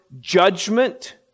judgment